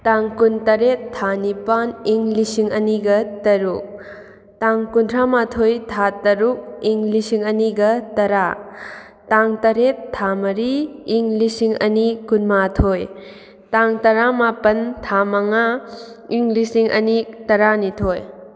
ꯇꯥꯡ ꯀꯨꯟ ꯇꯔꯦꯠ ꯊꯥ ꯅꯤꯄꯥꯟ ꯏꯪ ꯂꯤꯁꯤꯡ ꯑꯅꯤꯒ ꯇꯔꯨꯛ ꯇꯥꯡ ꯀꯨꯟꯊ꯭ꯔꯥ ꯃꯥꯊꯣꯏ ꯊꯥ ꯇꯔꯨꯛ ꯏꯪ ꯂꯤꯁꯤꯡ ꯑꯅꯤꯒ ꯇꯔꯥ ꯇꯥꯡ ꯇꯔꯦꯠ ꯊꯥ ꯃꯔꯤ ꯏꯪ ꯂꯤꯁꯤꯡ ꯑꯅꯤ ꯀꯨꯟꯃꯥꯊꯣꯏ ꯇꯥꯡ ꯇꯔꯥ ꯃꯥꯄꯟ ꯊꯥ ꯃꯉꯥ ꯏꯪ ꯂꯤꯁꯤꯡ ꯑꯅꯤ ꯇꯔꯥꯅꯤꯊꯣꯏ